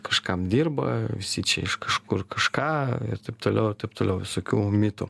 kažkam dirba visi čia iš kažkur kažką ir taip toliau ir taip toliau visokių mitų